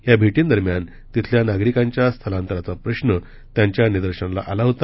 या भेटींदरम्यान तिथल्या नागरिकांच्या स्थलांतराचा प्रश्न त्यांच्या निदर्शनास आला होता